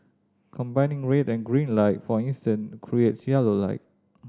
combining red and green light for instance creates yellow light